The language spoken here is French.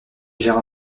gère